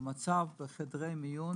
המצב בחדרי המיון,